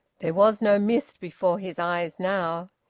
there was no mist before his eyes now.